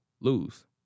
Lose